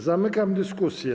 Zamykam dyskusję.